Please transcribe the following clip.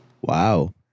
Wow